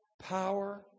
power